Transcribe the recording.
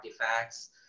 artifacts